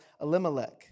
Elimelech